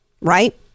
right